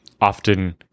Often